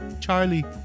Charlie